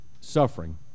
suffering